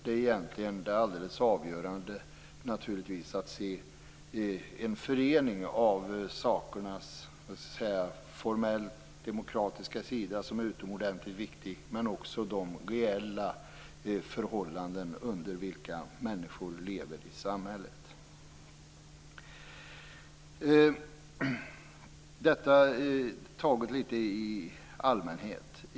Det alldeles avgörande är därför egentligen att se en förening av sakernas formellt demokratiska sida, som är utomordentligt viktig, och de reella förhållanden under vilka människor lever i samhället. Detta taget litet i allmänhet.